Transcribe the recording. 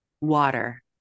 water